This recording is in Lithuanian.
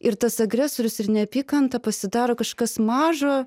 ir tas agresorius ir neapykanta pasidaro kažkas mažo